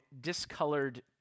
discolored